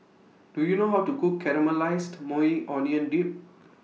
Do YOU know How to Cook Caramelized Maui Onion Dip